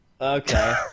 Okay